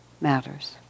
matters